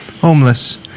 Homeless